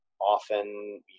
often